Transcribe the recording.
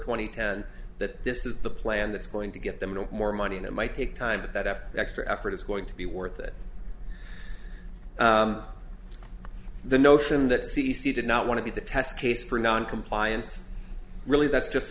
and ten that this is the plan that's going to get them no more money and it might take time but that extra effort is going to be worth it the notion that c c did not want to be the test case for noncompliance really that's just